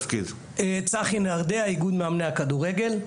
צחי נהרדע, איגוד מאמני הכדורגל.